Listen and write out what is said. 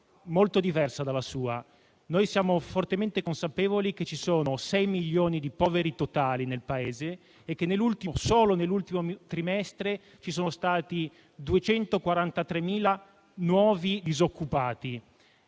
molto diversa dalla sua. Siamo fortemente consapevoli che ci sono sei milioni di poveri totali nel Paese e che solo nell'ultimo trimestre ci sono stati 243.000 nuovi disoccupati.